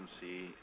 see